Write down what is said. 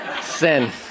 Sin